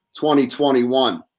2021